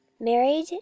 married